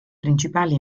principali